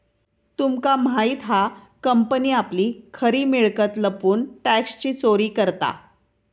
तुमका माहित हा कंपनी आपली खरी मिळकत लपवून टॅक्सची चोरी करता